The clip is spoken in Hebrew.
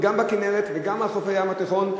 גם בכינרת וגם בחופי הים התיכון,